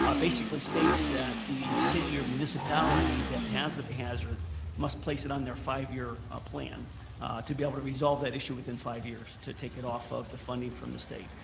ah basically states that the city or municipality that has the hazard must place it on their five year plan to be able to resolve that issue within five years, to take it off of the funding from the state.